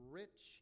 rich